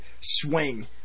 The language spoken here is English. swing